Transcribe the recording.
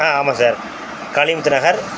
ஆ ஆமாம் சார் காளிமுத்து நகர்